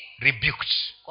rebuked